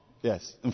Yes